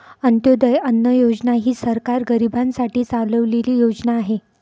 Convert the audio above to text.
अंत्योदय अन्न योजना ही सरकार गरीबांसाठी चालवलेली योजना आहे